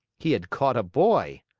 he had caught a boy!